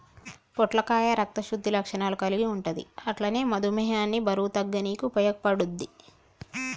పొట్లకాయ రక్త శుద్ధి లక్షణాలు కల్గి ఉంటది అట్లనే మధుమేహాన్ని బరువు తగ్గనీకి ఉపయోగపడుద్ధి